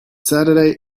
saturday